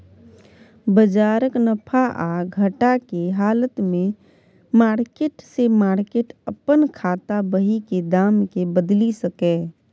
बजारक नफा आ घटा के हालत में मार्केट से मार्केट अपन खाता बही के दाम के बदलि सकैए